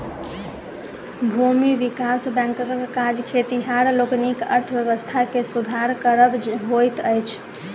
भूमि विकास बैंकक काज खेतिहर लोकनिक अर्थव्यवस्था के सुधार करब होइत अछि